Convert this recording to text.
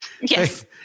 Yes